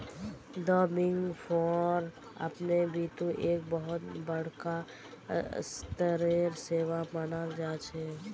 द big four अपने बितु एक बहुत बडका स्तरेर सेवा मानाल जा छेक